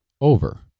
over